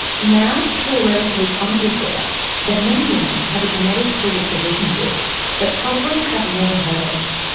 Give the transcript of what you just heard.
now to a relatively common disorder that many women have a genetic predisposition to but probably have never heard of.